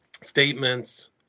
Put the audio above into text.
statements